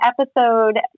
episode